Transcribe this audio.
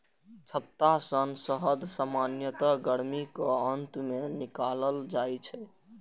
छत्ता सं शहद सामान्यतः गर्मीक अंत मे निकालल जाइ छै